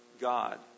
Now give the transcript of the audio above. God